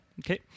Okay